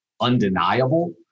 undeniable